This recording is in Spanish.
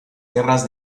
guerras